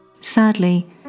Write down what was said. Sadly